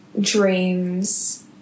dreams